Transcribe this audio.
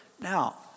Now